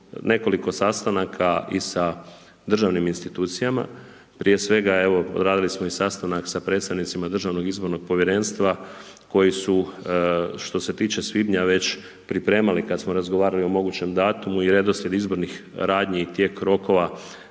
nekoliko sastanaka i sa držanim institucijama, prije svega, evo, radili smo i sastanak sa predstavnicima Državnog izbornog povjerenstva koji su što se tiče svibnja, već pripremali, kada smo razgovarali o mogućem datumu i redoslijed izbornih radnji i tijek rokova,